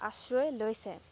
আশ্ৰয় লৈছে